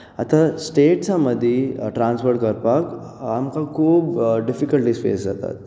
आतां स्टेट्सां मदीं ट्रांसपोर्ट करपाक आमकां खूब डिफिकल्टीज फेस जातात